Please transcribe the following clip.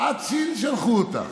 עד סין שלחו אותה.